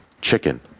chicken